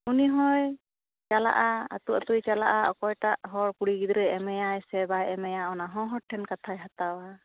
ᱩᱱᱤ ᱦᱚᱸᱭ ᱪᱟᱞᱟᱜᱼᱟ ᱟᱹᱛᱩ ᱟᱹᱛᱩ ᱪᱟᱞᱟᱜᱼᱟ ᱚᱠᱚᱭ ᱴᱟᱜ ᱦᱚᱲ ᱠᱩᱲᱤ ᱜᱤᱫᱽᱨᱟᱹ ᱮᱢᱮᱭᱟᱭ ᱥᱮ ᱵᱟᱭ ᱮᱢᱮᱭᱟ ᱚᱱᱟ ᱦᱚᱸ ᱦᱚᱲ ᱴᱷᱮᱱ ᱠᱟᱛᱷᱟᱭ ᱦᱟᱛᱟᱣᱟ